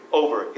over